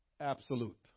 Absolute